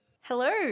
Hello